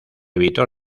evitó